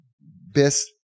best